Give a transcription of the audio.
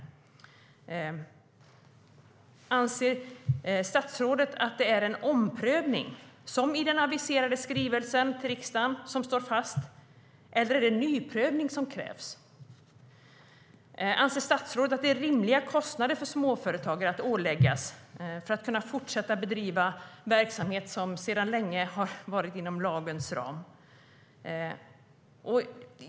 Anser statsrådet att det är en omprövning som i den aviserade skrivelsen till riksdagen står fast, eller är det en nyprövning som krävs? Anser statsrådet att detta är rimliga kostnader att ålägga småföretagare för att de ska kunna fortsätta bedriva verksamhet som sedan länge har varit inom lagens ram?